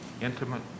intimate